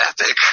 epic